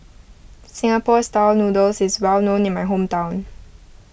Singapore Style Noodles is well known in my hometown